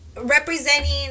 Representing